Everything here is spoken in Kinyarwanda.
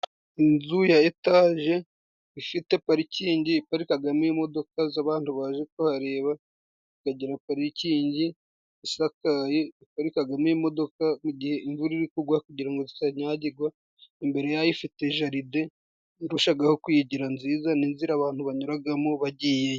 Inzu ya etaje, ifite parikingi iparikamo imodoka z'abandi baje kuhareba, ikagira parikingi isakaye, iparikamo imodoka igihe imvura iri kugwa, kugira ngo zitanyagirwagws, imbere yayo ifite jaride， irushaho kuyigira nziza, n’inzira abantu banyuramo bagiye.